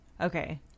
Okay